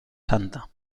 santa